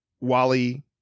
wally